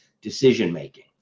decision-making